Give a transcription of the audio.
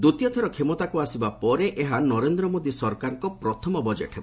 ଦ୍ୱିତୀୟଥର କ୍ଷମତାକୁ ଆସିବା ପରେ ଏହା ନରେନ୍ଦ୍ର ମୋଦୀ ସରକାରଙ୍କ ପ୍ରଥମ ବଜେଟ୍ ହେବ